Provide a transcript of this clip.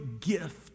gift